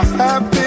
happy